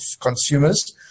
consumers